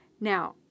Now